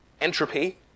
entropy